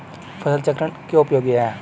फसल चक्रण क्यों उपयोगी है?